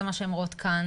זה מה שהן רואות כאן.